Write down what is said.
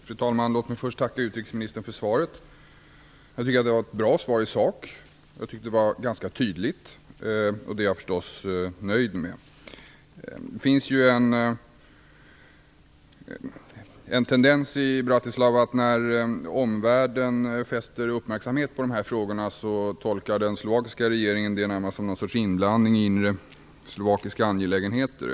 Fru talman! Låt mig först tacka utrikesministern för svaret. Jag tycker att det i sak var ett bra svar. Det var ganska tydligt, och det är jag förstås nöjd med. Det finns en tendens i Bratislava när omvärlden fäster uppmärksamhet på dessa frågor att den slovakiska regeringen närmast tolkar det som någon sorts inblandning i inre slovakiska angelägenheter.